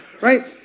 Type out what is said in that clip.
right